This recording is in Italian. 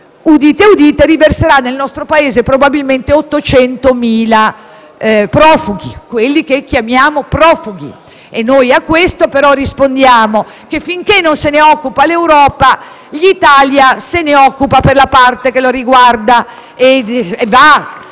udite udite, riverserà nel nostro Paese probabilmente 800.000 di coloro che chiamiamo profughi. Noi però a questo rispondiamo che, finché non se ne occupa l'Europa, l'Italia se ne occupa per la parte che la riguarda.